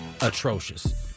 atrocious